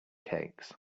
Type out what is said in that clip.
cakes